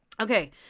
Okay